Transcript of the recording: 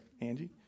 Angie